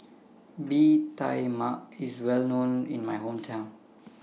Bee Tai Mak IS Well known in My Hometown